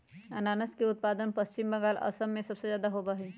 अनानस के उत्पादन पश्चिम बंगाल, असम में सबसे ज्यादा होबा हई